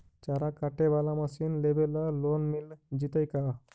चारा काटे बाला मशीन लेबे ल लोन मिल जितै का?